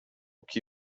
que